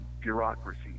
bureaucracy